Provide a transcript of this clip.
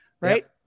right